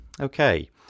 Okay